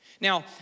Now